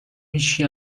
هیچکی